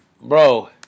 Bro